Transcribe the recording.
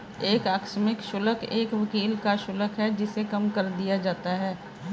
एक आकस्मिक शुल्क एक वकील का शुल्क है जिसे कम कर दिया जाता है